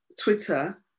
Twitter